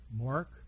Mark